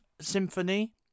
Symphony